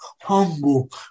humble